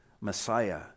Messiah